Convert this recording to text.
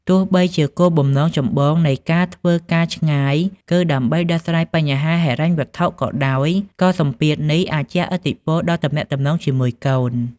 ទោះបីជាគោលបំណងចម្បងនៃការធ្វើការឆ្ងាយ គឺដើម្បីដោះស្រាយបញ្ហាហិរញ្ញវត្ថុក៏ដោយ ក៏សម្ពាធនេះអាចជះឥទ្ធិពលដល់ទំនាក់ទំនងជាមួយកូន។